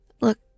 Look